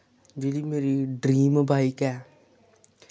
जेह्ड़ी मेरी dream bike ऐ